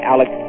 Alex